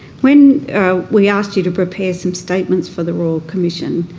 when we asked you to prepare some statements for the royal commission,